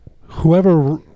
whoever